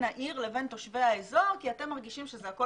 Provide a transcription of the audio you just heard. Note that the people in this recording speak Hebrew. העיר לבין תושבי האזור כי אתם מרגישים שהכול